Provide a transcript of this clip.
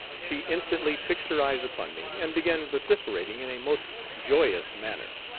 she instantly fixed her eyes upon me, and began vociferating in a most joyous manner,